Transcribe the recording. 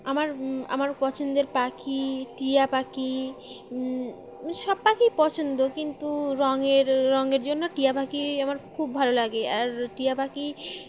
আমার আমার পছন্দের পাখি টিয়া পাখি সব পাখি পছন্দ কিন্তু রঙের রঙের জন্য টিয়া পাখি আমার খুব ভালো লাগে আর টিয়া পাখি